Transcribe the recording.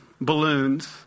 balloons